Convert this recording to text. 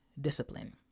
discipline